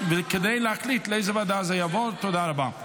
אני קובע כי הצעת החוק כניסת שוהים בלתי חוקים,